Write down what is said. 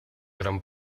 gran